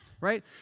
right